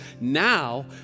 now